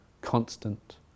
constant